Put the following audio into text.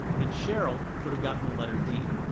and cheryl would have gotten the letter d.